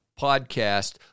podcast